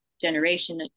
generation